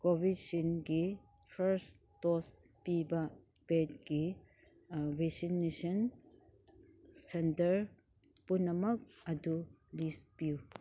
ꯀꯣꯕꯤꯁꯤꯟꯒꯤ first dose ꯄꯤꯕ ꯄꯦꯠꯒꯤ vaccination centre ꯄꯨꯝꯅꯃꯛ ꯑꯗꯨ ꯂꯤꯁ ꯄꯤꯌꯨ